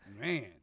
Man